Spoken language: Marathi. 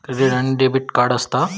क्रेडिट आणि डेबिट काय असता?